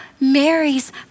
Mary's